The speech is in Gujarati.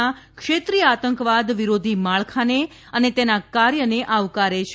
ના ક્ષેત્રીય આતંકવાદ વિરોધી માળખાને અને તેના કાર્ય ને આવકારે છે